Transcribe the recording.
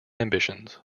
ambitions